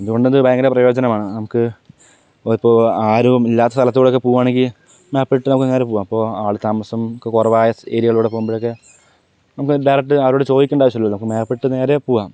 അതുകൊണ്ട് ഇത് ഭയങ്കര പ്രയോജനമാണ് നമുക്ക് ഇപ്പോൾ ആരും ഇല്ലാത്ത സ്ഥലത്ത് കൂടെയൊക്കെ പോവാണെങ്കിൽ മാപ്പിട്ട് നമുക്ക് നേരെ പോകാം ഇപ്പോ ആൾ താമസം ഒക്കെ കുറവായ ഏരിയയിൽ കൂടെ പോകുമ്പഴൊക്കെ നമുക്ക് ഡയറക്ട് ആരോടും ചോദിക്കേണ്ട ആവശ്യമില്ലല്ലോ അപ്പം മാപ്പിട്ട് നേരെ പോകാം